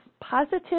positive